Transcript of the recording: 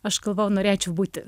aš galvojau norėčiau būti